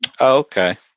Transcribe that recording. Okay